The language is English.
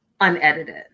unedited